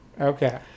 Okay